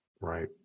Right